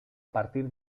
partir